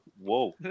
whoa